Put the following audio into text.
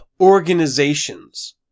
organizations